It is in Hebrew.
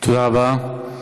תודה רבה.